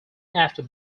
after